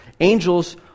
angels